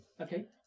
Okay